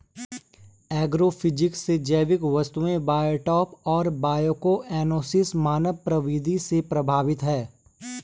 agrophysics से जैविक वस्तुएं बायोटॉप और बायोकोएनोसिस मानव गतिविधि से प्रभावित हैं